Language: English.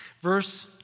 Verse